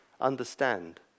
understand